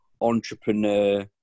entrepreneur